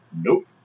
nope